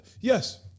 yes